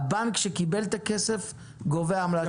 הבנק שקיבל את הכסף גובה עמלה.